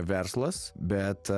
verslas bet